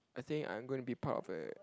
I think I'm going to be part of a